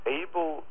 able